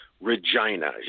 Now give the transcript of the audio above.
Regina